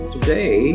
Today